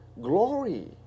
glory